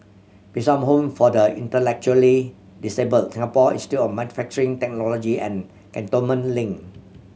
Bishan Home for the Intellectually Disabled Singapore Institute of Manufacturing Technology and Cantonment Link